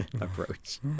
approach